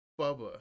Bubba